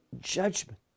judgment